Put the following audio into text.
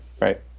right